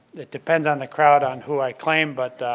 it depends on the crowd on who i claim but